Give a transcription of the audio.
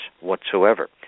whatsoever